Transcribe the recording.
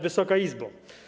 Wysoka Izbo!